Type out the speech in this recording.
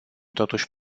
totuși